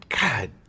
God